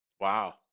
Wow